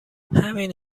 همین